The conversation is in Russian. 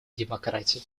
демократии